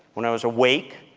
when i was awake,